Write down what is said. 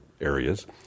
areas